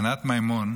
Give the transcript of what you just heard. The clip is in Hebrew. ענת מימון,